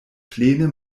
plene